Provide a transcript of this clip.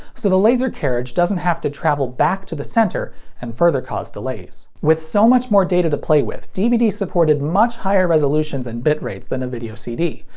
so the laser carriage doesn't have to travel back to the center and further cause delays. with so much more data to play with, dvd supported much higher resolutions and bitrates than a video cd,